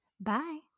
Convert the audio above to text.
Bye